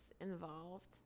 involved